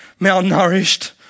malnourished